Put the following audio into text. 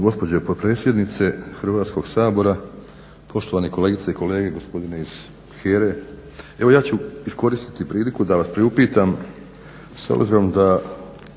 gospođo potpredsjednice Hrvatskog sabora, poštovani kolegice i kolege gospodine iz HERA-e. Evo ja ću iskoristiti priliku da vas priupitam